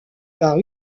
par